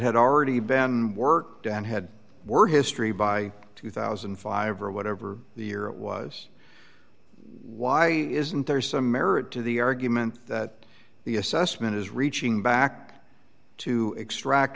had already been worked and had work history by two thousand and five or whatever the year it was why isn't there some merit to the argument that the assessment is reaching back to extract